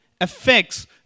affects